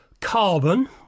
Carbon